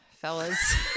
fellas